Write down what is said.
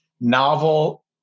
novel